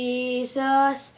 Jesus